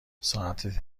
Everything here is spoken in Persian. ساعتی